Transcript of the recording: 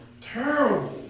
Terrible